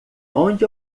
onde